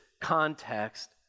context